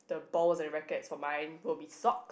balls and rackets for mine will be sock